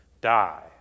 die